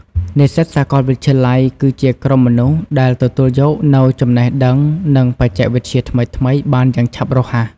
និស្សិតសាកលវិទ្យាល័យគឺជាក្រុមមនុស្សដែលទទួលយកនូវចំណេះដឹង និងបច្ចេកវិទ្យាថ្មីៗបានយ៉ាងឆាប់រហ័ស។